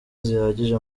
zihagije